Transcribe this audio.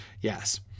Yes